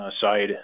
side